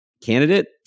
candidate